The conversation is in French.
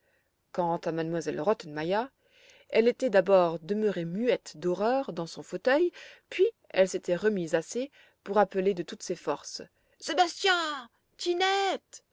à m elle rottenmeier elle tait d'abord demeurée muette d'horreur dans son fauteuil puis elle s'était remise assez pour appeler de toutes ses forces sébastien tinette